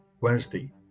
Wednesday